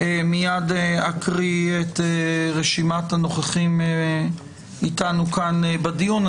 מיד אקריא את רשימת הנוכחים אתנו כאן בדיון.